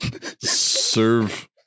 serve